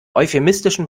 euphemistischen